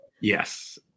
yes